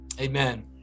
Amen